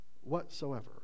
whatsoever